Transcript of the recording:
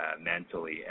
mentally